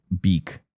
beak